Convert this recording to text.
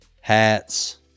hats